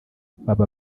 baba